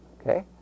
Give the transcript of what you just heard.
okay